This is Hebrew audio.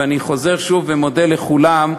ואני חוזר שוב ומודה לכולם,